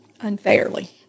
unfairly